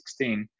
2016